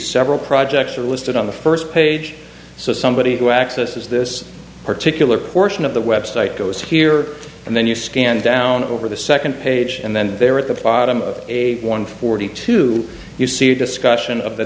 several projects are listed on the first page so somebody who accesses this particular portion of the website goes here and then you scan down over the second page and then there at the bottom of a one forty two you see a discussion of the